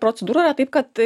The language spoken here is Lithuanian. procedūroje taip kad t